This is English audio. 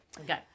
Okay